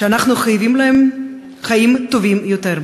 שאנחנו חייבים להם חיים טובים יותר.